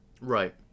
Right